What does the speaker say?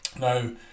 Now